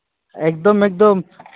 ᱮᱠᱫᱚᱢ ᱮᱠᱫᱚᱢ